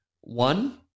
One